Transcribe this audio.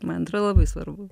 man atrodo labai svarbu